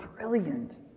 brilliant